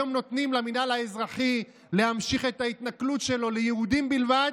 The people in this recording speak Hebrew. היום נותנים למינהל האזרחי להמשיך את ההתנכלות שלו ליהודים בלבד,